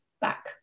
back